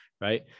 right